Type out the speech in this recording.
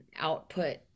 output